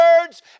words